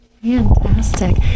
Fantastic